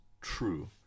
true